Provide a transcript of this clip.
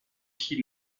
qui